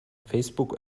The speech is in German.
facebook